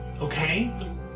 Okay